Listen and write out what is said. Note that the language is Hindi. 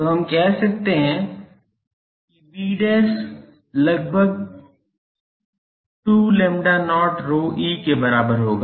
तो हम कह सकते हैं कि b लगभग 2 lambda not ρe के बराबर होगा